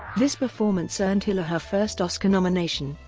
this performance earned hiller her first oscar nomination,